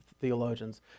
theologians